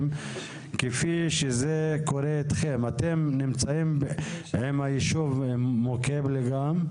כפי שזה קורה אתכם עם הישוב מוקיבלה גם.